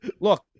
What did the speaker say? look